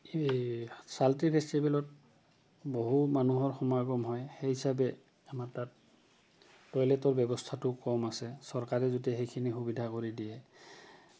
এই ছালট্ৰি ফেষ্টিভেলত বহু মানুহৰ সময় কম হয় সেই হিচাপে আমাৰ তাত টয়লেটৰ ব্যৱস্থাটো কম আছে চৰকাৰে যদি সেইখিনি সুবিধা কৰি দিয়ে